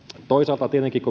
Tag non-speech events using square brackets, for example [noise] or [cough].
toisaalta tietenkin [unintelligible]